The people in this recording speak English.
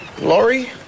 Laurie